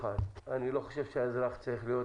אני לא חושב שהאזרח צריך להיות